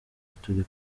turi